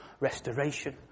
Restoration